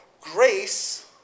grace